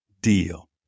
deal